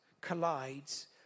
collides